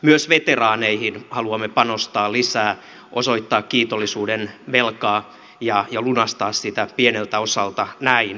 myös veteraaneihin haluamme panostaa lisää osoittaa kiitollisuutta ja lunastaa kiitollisuudenvelkaa pieneltä osalta näin